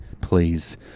please